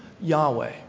Yahweh